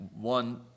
One